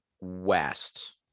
west